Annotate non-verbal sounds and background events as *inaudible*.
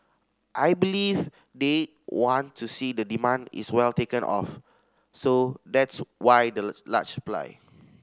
I believe they want to see the demand is well taken of so that's why the *unintelligible* large supply